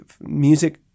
Music